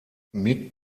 mit